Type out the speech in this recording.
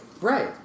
right